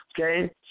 Okay